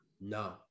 No